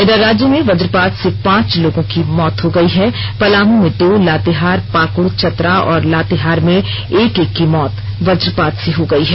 इधर राज्य में वज्रपात से पांच लोगों की मौत हो गई है पलामू में दो लातेहार पाकड़ चतरा और लातेहार में एक एक की मौत वजपात से हो गई है